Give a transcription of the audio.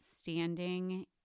standing